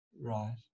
Right